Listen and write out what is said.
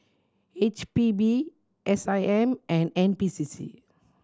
H P B S I M and N P C C